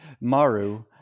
Maru